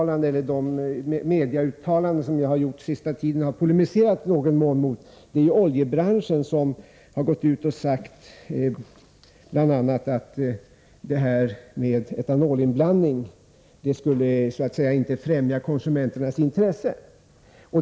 Vad jag i de medieuttalanden som jag har gjort den senaste tiden i någon mån har polemiserat mot är oljebranschen, som bl.a. har sagt att detta med etanolinblandning inte skulle främja konsumenternas intresse.